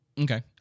Okay